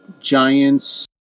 Giants